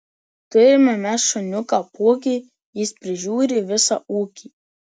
turime mes šuniuką pūkį jis prižiūri visą ūkį